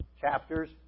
chapters